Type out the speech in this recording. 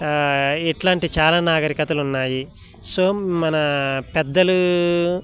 ఇట్లాంటి చాలా నాగరికతలున్నాయి సో మన పెద్దలు